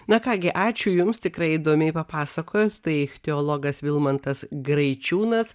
na ką gi ačiū jums tikrai įdomiai papasakojot tai ichtiologas vilmantas graičiūnas